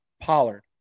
Pollard